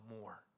more